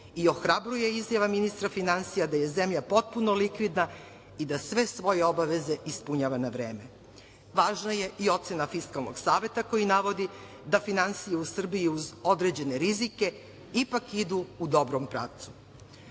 i ohrabruje izjava ministra finansija da je zemlja potpuno likvidna i da sve svoje obaveze ispunjava na vreme. Važna je i ocena Fiskalnog saveta, koji navodi da finansije u Srbije, uz određene rizike, ipak idu u dobrom pravcu. Od